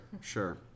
sure